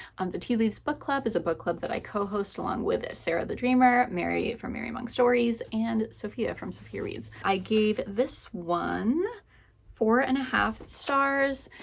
um the tea leaves book club is a book club that i co-host along with sara the dreamer, mary from mary among stories, and sofia from sofiareads. i gave this one four and a half stars.